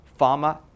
pharma